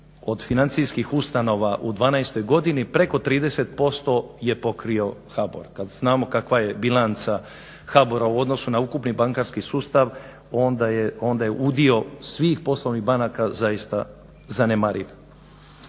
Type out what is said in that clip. od financijskih ustanova u 12 godini preko 30% je pokrio HBOR, kad znamo kakva je bilanca HBOR-a u odnosu na ukupni bankarski sustav onda je udio svih poslovnih banaka zaista zanemariv.